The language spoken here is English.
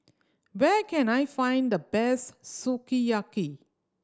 where can I find the best Sukiyaki